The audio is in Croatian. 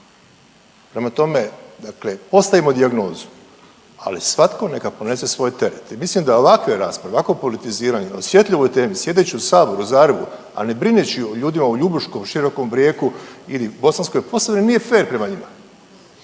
Prema tome dakle postavimo dijagnozu, ali svatko neka ponese svoj teret i mislim da ovakve rasprave, ovakvo politiziranje o osjetljivoj temi sjedeći u saboru u Zagrebu, a ne brineći o ljudima u Ljubuškom, Širokom Brijegu ili Bosanskoj Posavini nije fer prema njima.